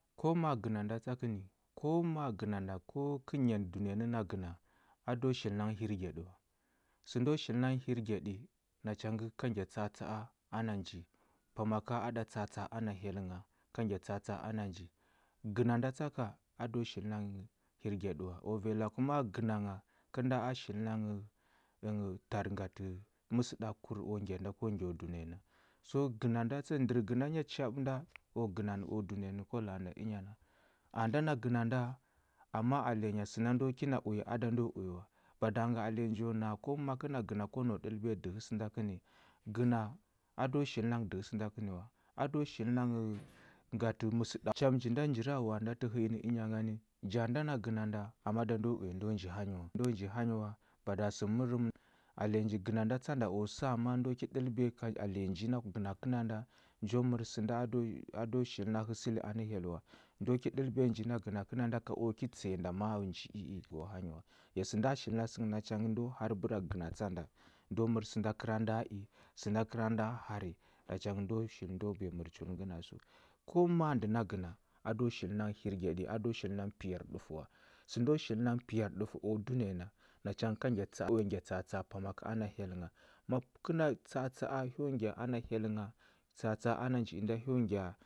Ko ma gəna nda tsa kə ni, ko ma gəna nda, ko kə nyan dunəya na, a do shili nanghə hirgyaɗi wa. Səndo shili na nghə hirgyaɗi nacha ngə ka ngya tsa atsa a ana ji, pama ka a ɗa tsa atsa a ana hyel ngha ka ngya tsa atsa a ana nji. Gəna nda tsa ka, a do shili na nyi nghə hirgyaɗi wa, o vanyi laku ma gəna ngha kəl a shil na nghə ənghə tar ngatə məsəɗakur o ngya nda ko ngyo dunəya na. So gəna nda tsa ndər gəna chaɓə nda o gəna nə o dunəya nə ko la a ənya. A nda na gəna nda, amma alenya sənda ndo kina uya a da ndo uya wa. Bada ngə alenya njo na ko ma kə na gəna ko nau ɗəlbiya dəhə sənda kə ni. Gəna a do shil na nghə dəhə sənda kə nə wa, a do shil na nghə məsəɗak nda cham njirawawa a nda tə hə i nə ənya ngani, ja nda gəna nda, amma a da ndo uya ndo nji hanyi wa ndo nji hanyia wa bada sə mərəm alenyi nji gəna nda tsa nda u sa ma ndo ki ɗəlbiya ka alenyi nji na gəna kənda nda, njo mər sənda a do a do shili na həsəli anə hyel wa. Ndo ki ɗəlbiya nji na gəna kənda nda ka o ki tsəya nda ma nji i i go hanyi wa. Ya sənda shili na sə ngə nacha ngə ndo har bəra gəna tsa nda ndo mər sənda kəra nda i, sənda kəra nda hari nacha ngə ndo shil biya mər chul ngəna səu. Ko ma ndə na gəna, a do shil na nghə hirgyaɗi a do shil na nghə piyarɗufə wa. Səndo shili na nghə piyarɗufə o dunəya na, nacha ngə ka ngya tsa ka ngya tsa atsa a pama kə ana hyel ngha. Ma kə na tsa atsa a hyo ngya ana hyel ngha tsa atsa a ana nji inda hyo ngya